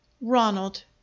Ronald